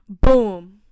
Boom